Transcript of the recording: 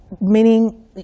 meaning